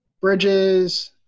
Bridges